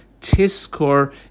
tiskor